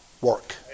work